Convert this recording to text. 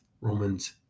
Romans